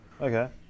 okay